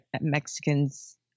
Mexicans